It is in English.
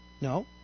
No